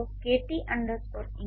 તો kt India